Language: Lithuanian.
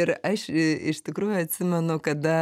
ir aš iš tikrųjų atsimenu kada